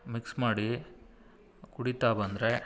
mix ಮಾಡಿ ಕುಡಿತಾ ಬಂದರೆ